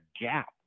gap